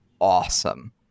awesome